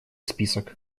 список